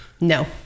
No